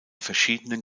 verschiedenen